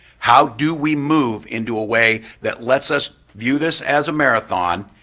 how do we move into a way that lets us view this as a marathon,